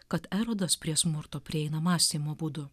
kad erodas prie smurto prieina mąstymo būdu